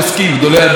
גדולי הדור?